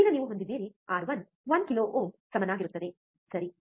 ಈಗ ನೀವು ಹೊಂದಿದ್ದೀರಿ ಆರ್1 1 ಕಿಲೋ ಓಮ್ಗೆ ಸಮನಾಗಿರುತ್ತದೆ ಸರಿ